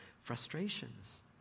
frustrations